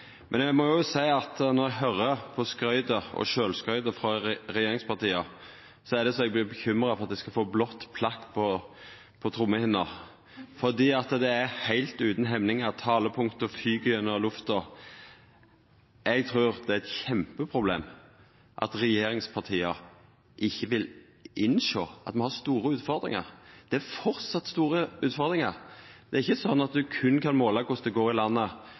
Men eg må seia at når eg høyrer på skrytet og sjølvskrytet frå regjeringspartia, er det så eg vert bekymra for at eg skal få blått plakk på trommehinna, for det er heilt utan hemningar. Talepunkta fyk gjennom lufta. Eg trur det er eit kjempeproblem at regjeringspartia ikkje vil innsjå at me har store utfordringar. Det er framleis store utfordringar. Det er ikkje slik at ein berre kan måla korleis det går i landet